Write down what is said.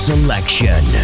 Selection